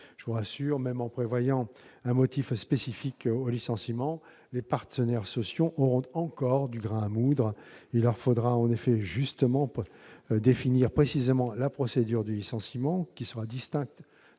Je vous rassure, même en prévoyant un motif spécifique au licenciement, les partenaires sociaux auront encore beaucoup de grains à moudre. Il leur faudra en effet définir précisément la procédure du licenciement, qui sera distincte